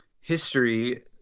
history